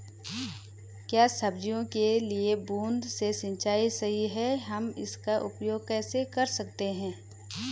क्या सब्जियों के लिए बूँद से सिंचाई सही है हम इसका उपयोग कैसे कर सकते हैं?